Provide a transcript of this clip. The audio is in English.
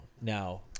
Now